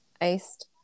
iced